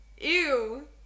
ew